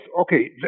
okay